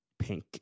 pink